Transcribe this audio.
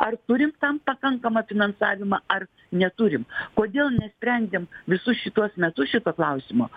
ar turim tam pakankamą finansavimą ar neturim kodėl nesprendėm visus šituos metus šito klausimo